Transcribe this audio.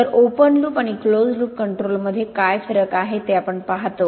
तर open loop आणि closed loop कंट्रोलमध्ये काय फरक आहे ते आपण पाहतो